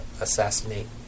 assassinate